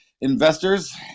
investors